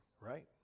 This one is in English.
right